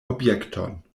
objekton